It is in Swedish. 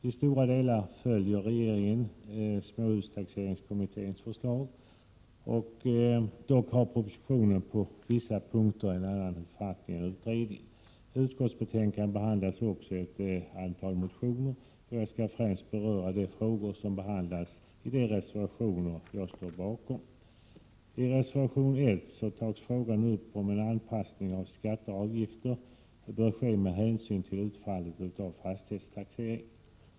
I stora delar följer regeringen småhustaxeringskommitténs förslag, men den redovisar på vissa punkter en annan uppfattning än utredningen. I utskottsbetänkandet behandlas också ett antal motioner, och jag skall främst beröra de frågor som behandlas i de reservationer som jag står bakom. I reservation 1 behandlas frågan huruvida en anpassning av skatter och avgifter bör ske med hänsyn till utfallet av fastighetstaxeringen.